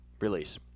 release